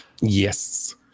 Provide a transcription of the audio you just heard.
yes